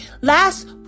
Last